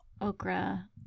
okra